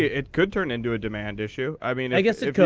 it could turn into a demand issue. i mean i guess it could.